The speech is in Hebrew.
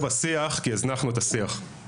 זה קורה משום שהזנחנו את השיח.